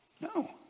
No